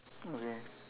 okay